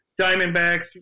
Diamondbacks